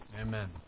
Amen